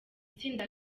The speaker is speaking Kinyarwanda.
tsinda